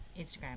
Instagram